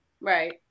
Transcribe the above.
Right